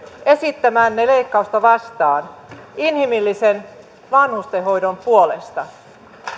esittämäänne leikkausta vastaan inhimillisen vanhustenhoidon puolesta